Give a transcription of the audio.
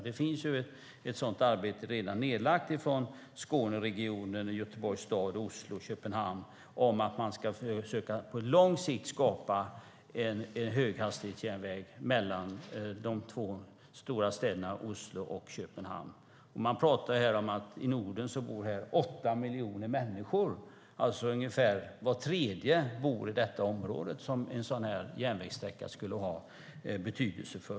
Det finns redan ett arbete framtaget av Skåneregionen, Göteborgs stad, Oslo och Köpenhamn om att på lång sikt bygga en höghastighetsjärnväg mellan de två stora städerna Oslo och Köpenhamn. Det bor åtta miljoner människor i det här området. Ungefär var tredje nordbo bor alltså i det område som en sådan järnvägssträcka skulle ha betydelse för.